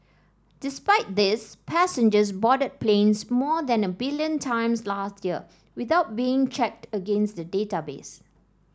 despite this passengers boarded planes more than a billion times last year without being checked against the database